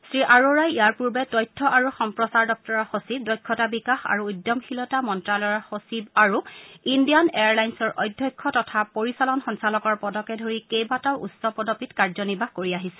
শ্ৰীঅৰোৰাই ইয়াৰ পূৰ্বে তথ্য আৰু সম্প্ৰচাৰ দপ্তৰৰ সচিব দক্ষতা বিকাশ আৰু উদ্যমশীলতা মন্ত্যালয়ৰ সচিব আৰু ইণ্ডিয়ান এয়াৰলাইনছৰ অধ্যক্ষ তথা পৰিচালন সঞ্চালকৰ পদকে ধৰি কেইবাটাও উচ্চ পদবীত কাৰ্যনিৰ্বাহ কৰি আহিছে